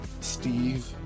Steve